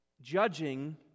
judging